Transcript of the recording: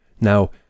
Now